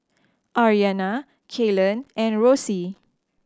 Aryanna Kaylen and Rosey